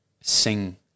sing